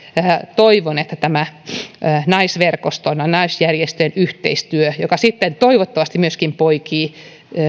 toivon että tämä naisverkoston ja naisjärjestöjen yhteistyö joka sitten toivottavasti myöskin poikii